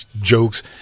jokes